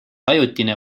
ajutine